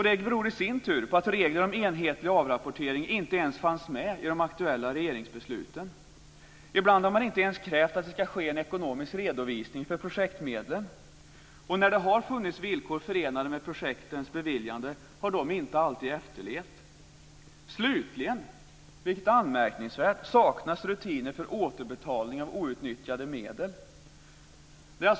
Det beror i sin tur på att regler om enhetlig avrapportering inte ens fanns med i de aktuella regeringsbesluten. Ibland har man inte ens krävt att det ska ske en ekonomisk redovisning för projektmedlen. När det har funnits villkor förenade med projektens beviljande har de inte alltid efterlevts. Slutligen, vilket är anmärkningsvärt, saknas rutiner för återbetalning av outnyttjade medel. Fru talman!